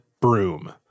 broom